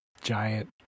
giant